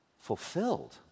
Fulfilled